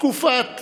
תקופת